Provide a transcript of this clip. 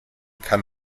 kann